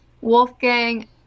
Wolfgang